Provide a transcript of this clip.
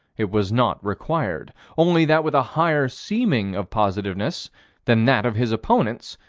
it was not required only that with a higher seeming of positiveness than that of his opponents,